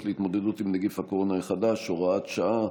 להתמודדות עם נגיף הקורונה החדש (הוראת שעה)